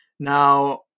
Now